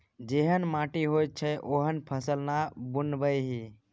जेहन माटि होइत छै ओहने फसल ना बुनबिही